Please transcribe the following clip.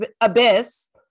abyss